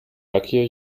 luckier